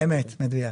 אמת, מדויק.